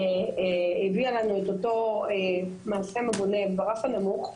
שהביאה לנו את אותו מעשה מגונה ברף הנמוך,